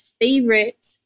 favorite